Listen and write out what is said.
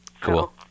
cool